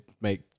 make